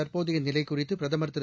தற்போதைய நிலை குறித்து பிரதமர் திரு